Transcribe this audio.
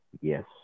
Yes